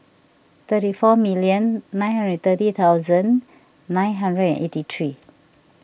thirty four million nine hundred and thirty thousand nine hundred and eighty three